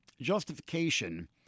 justification